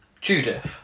Judith